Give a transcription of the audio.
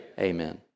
Amen